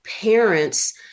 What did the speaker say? parents